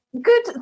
Good